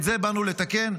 את זה באנו לתקן.